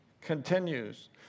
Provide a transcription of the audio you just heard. continues